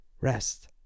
rest